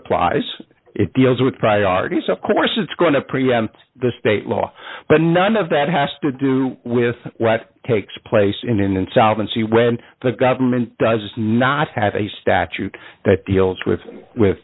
applies it deals with priorities of course it's going to preempt the state law but none of that has to do with what takes place in an insolvency when the government does not have a statute that deals with with